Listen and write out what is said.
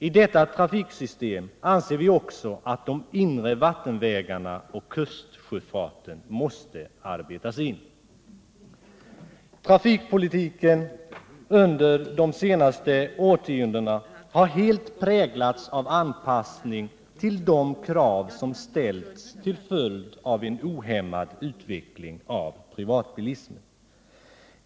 I detta trafiksystem måste, anser vi, också de inre vattenvägarna och kustsjöfarten arbetas in. Trafikpolitiken under de senaste årtiondena har helt präglats av anpassning till de krav som ställts till följd av en ohämmad utveckling av privatbilismen.